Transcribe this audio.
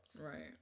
Right